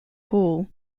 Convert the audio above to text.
hall